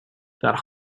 that